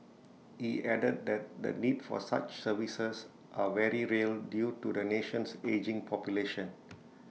he added that the the need for such services are very real due to the nation's ageing population